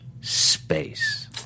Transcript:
space